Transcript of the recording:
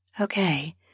Okay